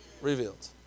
revealed